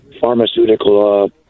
pharmaceutical